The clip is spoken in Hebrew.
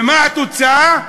ומה התוצאה?